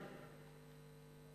על כל השקפותיהם השונות,